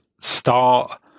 start